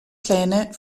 pläne